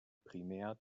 primär